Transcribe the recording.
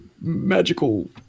magical